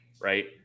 Right